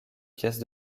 pièces